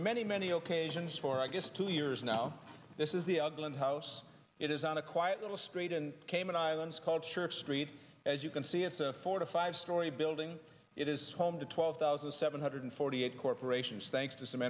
many many occasions for i guess two years now this is the ugly in house it is on a quiet little street in the cayman islands called church street as you can see it's a four to five story building it is home to twelve thousand seven hundred forty eight corporations thanks to some